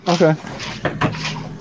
Okay